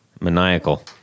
Maniacal